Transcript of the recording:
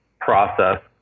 process